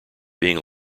being